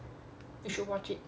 you should watch it